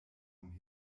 vom